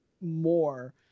more